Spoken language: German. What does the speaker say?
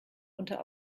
unter